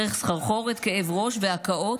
דרך סחרחורת, כאב ראש והקאות,